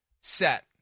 set